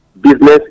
business